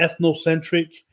ethnocentric